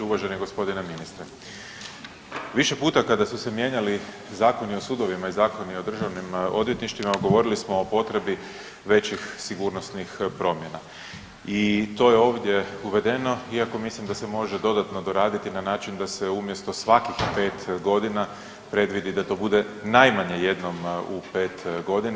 Uvaženi gospodine ministre, više puta kada su se mijenjali zakoni o sudovima i zakoni o državnim odvjetništvima govorili smo o potrebi većih sigurnosnih promjena i to je ovdje uvedeno iako mislim da se može dodatno doraditi na način da se umjesto svakih 5 godina predvidi da to bude najmanje jednom u 5 godina.